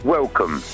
Welcome